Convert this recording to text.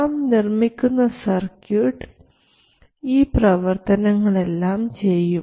നാം നിർമ്മിക്കുന്ന സർക്യൂട്ട് ഈ പ്രവർത്തനങ്ങൾ എല്ലാം ചെയ്യും